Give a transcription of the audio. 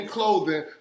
Clothing